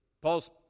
Paul's